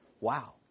Wow